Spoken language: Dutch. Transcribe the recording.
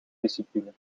discipline